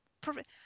perfect